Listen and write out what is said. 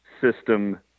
system